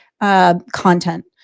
content